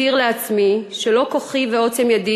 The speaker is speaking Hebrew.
אזכיר לעצמי שלא "כוחי ועֹצם ידי"